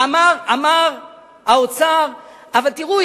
אמר האוצר: אבל תראו,